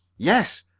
yes,